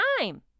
time